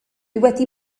wedi